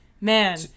man